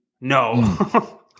No